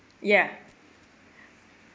yeah